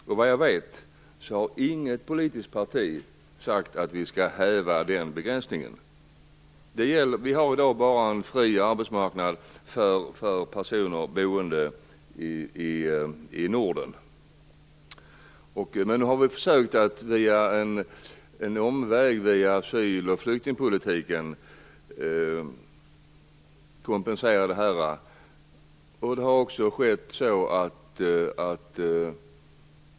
Inget politiskt parti har vad jag vet sagt att vi skall häva den begränsningen. Vi har i dag en fri arbetsmarknad bara för personer boende i Norden. Detta har man försökt kompensera genom att ta en omväg via asyl och flyktingpolitiken.